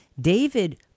David